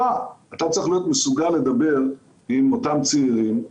אתה צריך להיות מסוגל לדבר עם אותם צעירים.